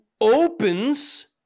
opens